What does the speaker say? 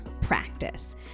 practice